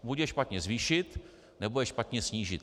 Buď je špatně zvýšit, nebo je špatně snížit.